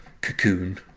cocoon